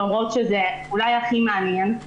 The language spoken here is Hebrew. אומרות שזה אולי הכי מעניין,